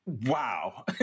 wow